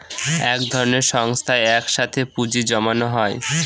এক ধরনের সংস্থায় এক সাথে পুঁজি জমানো হয়